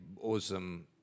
awesome